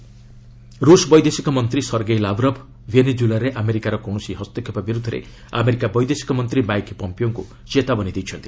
Russia US Venezuela ରୁଷ ବୈଦେଶିକ ମନ୍ତ୍ରୀ ସରଗେଇ ଲାବ୍ରଭ୍ ଭେନେକୁଏଲାରେ ଆମେରିକାର କୌଣସି ହସ୍ତକ୍ଷେପ ବିରୁଦ୍ଧରେ ଆମେରିକା ବୈଦେଶିକ ମନ୍ତ୍ରୀ ମାଇକ୍ ପମ୍ପିଓଙ୍କୁ ଚେତାବନୀ ଦେଇଛନ୍ତି